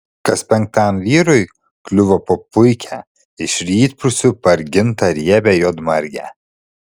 kas penktam vyrui kliuvo po puikią iš rytprūsių pargintą riebią juodmargę